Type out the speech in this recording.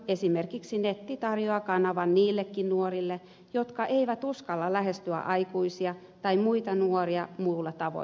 esimerkiksi netti tarjoaa kanavan niillekin nuorille jotka eivät uskalla lähestyä aikuisia tai muita nuoria muulla tavoin